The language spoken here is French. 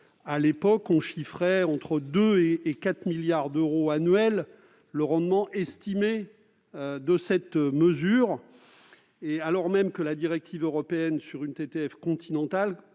À l'époque, on chiffrait entre 2 et 4 milliards d'euros annuels le rendement estimé de cette mesure, prévue par la directive européenne sur une TTF continentale